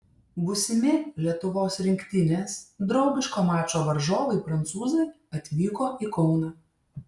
būsimi lietuvos rinktinės draugiško mačo varžovai prancūzai atvyko į kauną